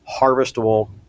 harvestable